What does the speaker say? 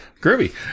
groovy